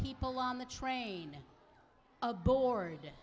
people on the train aboard